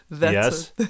Yes